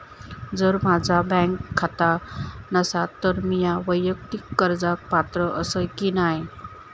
जर माझा बँक खाता नसात तर मीया वैयक्तिक कर्जाक पात्र आसय की नाय?